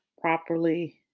properly